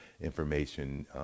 information